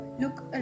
look